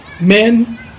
Men